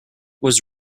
was